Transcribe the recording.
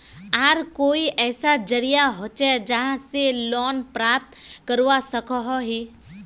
आर कोई ऐसा जरिया होचे जहा से लोन प्राप्त करवा सकोहो ही?